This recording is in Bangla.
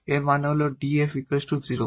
যার মানে হল এই 𝑑𝑓 0